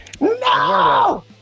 No